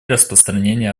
распространения